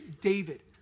David